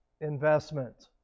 Investment